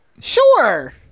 Sure